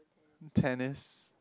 tennis